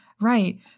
right